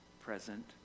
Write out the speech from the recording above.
present